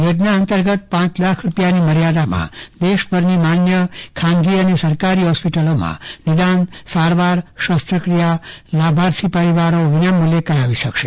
યોજના અંતર્ગત પાંચ લાખ રૂપિયાની મર્યાદામાં દેશભરની માન્ય ખાનગી અને સરકારી હોસ્પિટલોમાં નિદાન સારવાર શસ્ત્રક્રિયા લાભાર્થે પરિવારો વિનામુલ્યે કરાવી શકશે